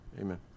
Amen